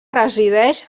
resideix